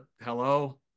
hello